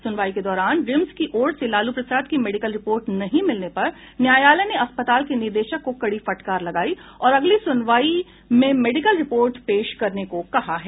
सुनवाई के दौरान रिम्स की ओर से लालू प्रसाद की मेडिकल रिपोर्ट नहीं मिलने पर न्यायालय ने अस्पताल के निदेशक को कड़ी फटकार लगायी और अगली सुनवाई में मेडिकल रिपोर्ट पेश करने को कहा है